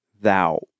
thou